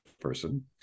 person